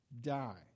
die